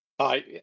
Hi